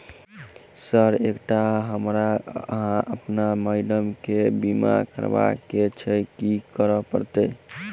Sir एकटा हमरा आ अप्पन माइडम केँ बीमा करबाक केँ छैय की करऽ परतै?